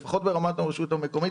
לפחות ברמת הרשות המקומית,